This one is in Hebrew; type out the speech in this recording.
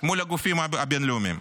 מול הגופים הבין-לאומיים.